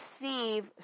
receive